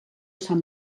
sant